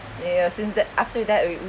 ya since that after that we